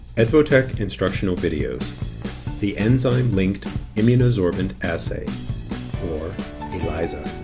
edvotech instructional videos the enzyme-linked immunosorbent assay or elisa.